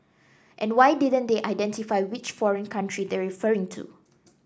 and why didn't they identify which foreign country they're referring to